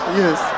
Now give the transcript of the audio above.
yes